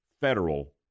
federal